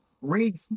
read